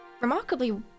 remarkably